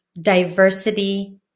diversity